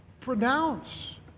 pronounce